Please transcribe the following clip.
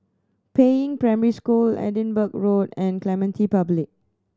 Peiying Primary School Edinburgh Road and Clementi Public